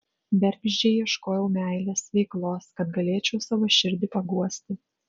bergždžiai ieškojau meilės veiklos kad galėčiau savo širdį paguosti